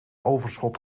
overschot